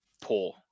poor